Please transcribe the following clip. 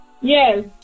Yes